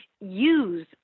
use